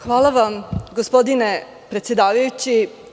Hvala vam, gospodine predsedavajući.